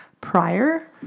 prior